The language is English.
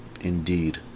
Indeed